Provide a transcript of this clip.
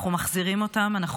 אנחנו מחזירים אותם,